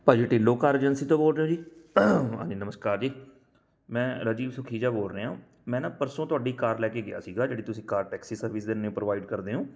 ਭਾਅ ਜੀ Dhillon car agency ਤੋਂ ਬੋਲ ਰਹੇ ਹੋ ਜੀ ਹਾਂਜੀ ਨਮਸਕਾਰ ਜੀ ਮੈਂ ਰਾਜੀਵ ਸੁਖੀਜਾ ਬੋਲ ਰਿਹਾ ਮੈਂ ਨਾ ਪਰਸੋਂ ਤੁਹਾਡੀ ਕਾਰ ਲੈ ਕੇ ਗਿਆ ਸੀਗਾ ਜਿਹੜੀ ਤੁਸੀਂ ਕਾਰ ਟੈਕਸੀ ਸਰਵਿਸ ਦਿੰਦੇ ਹੋ ਪ੍ਰੋਵਾਈਡ ਕਰਦੇ ਹੋ